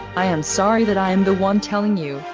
i am sorry that i am the one telling you,